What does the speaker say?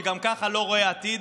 שגם ככה לא רואה עתיד,